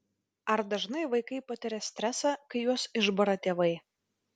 ar dažnai vaikai patiria stresą kai juos išbara tėvai